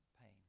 pain